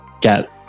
get